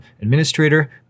administrator